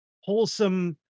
wholesome